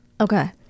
Okay